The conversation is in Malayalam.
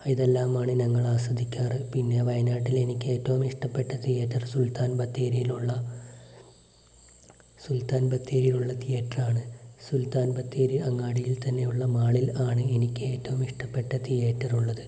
ഇതെല്ലാമാണ് ഞങ്ങൾ ആസ്വദിക്കാറ് പിന്നെ വയനാട്ടിൽ എനിക്ക് ഏറ്റവും ഇഷ്ടപ്പെട്ട തിയേറ്റർ സുൽത്താൻ ബത്തേരിലുള്ള സുൽത്താൻ ബത്തേരിയിലുള്ള തിയേറ്ററാണ് സുൽത്താൻ ബത്തേരി അങ്ങാടിയിൽ തന്നെയുള്ള മാളിൽ ആണ് എനിക്ക് ഏറ്റവും ഇഷ്ടപ്പെട്ട തിയേറ്ററുള്ളത്